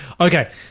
Okay